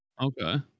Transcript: okay